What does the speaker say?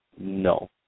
No